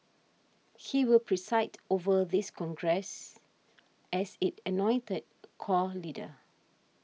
he will preside over this Congress as its anointed core leader